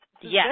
Yes